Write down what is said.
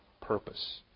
purpose